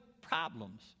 problems